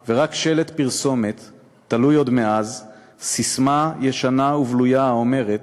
/ ורק שלט פרסומת / תלוי עוד מאז / ססמה ישנה ובלויה האומרת: